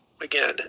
again